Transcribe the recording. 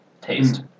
taste